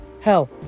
Hell